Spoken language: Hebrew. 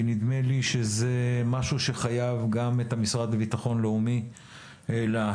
כי נדמה לי שזה משהו שחייב גם את המשרד לביטחון לאומי להעסיק.